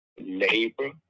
Labor